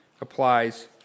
applies